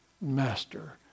master